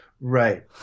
Right